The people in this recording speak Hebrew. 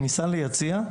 כניסה ליציע,